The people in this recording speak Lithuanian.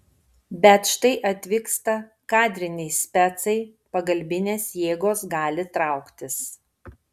bet štai atvyksta kadriniai specai pagalbinės jėgos gali trauktis